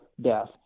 death